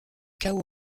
chaos